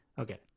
okay